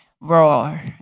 roar